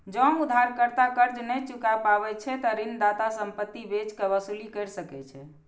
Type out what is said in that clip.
जौं उधारकर्ता कर्ज नै चुकाय पाबै छै, ते ऋणदाता संपत्ति बेच कें वसूली कैर सकै छै